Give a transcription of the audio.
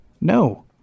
No